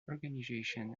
organizations